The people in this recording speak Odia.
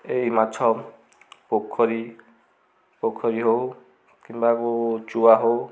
ଏଇ ମାଛ ପୋଖରୀ ପୋଖରୀ ହଉ କିମ୍ବା ଚୁଆ ହଉ